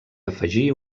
afegí